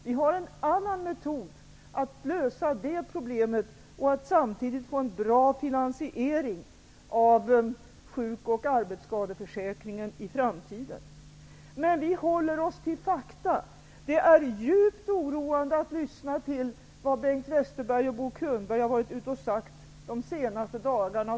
Vi har en annan metod för att lösa det problemet och samtidigt få en bra finansiering av sjuk och arbetsskadeförsäkringen i framtiden. Men vi håller oss till fakta. Det är djupt oroande att lyssna till vad Bengt Westerberg och Bo Könberg har varit ute och sagt de senaste dagarna.